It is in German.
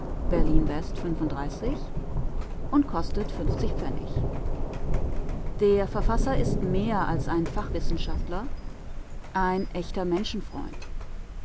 berlin w und kostet der verfasser ist mehr als ein fachwissenschaftler ein echter menschenfreund